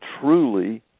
truly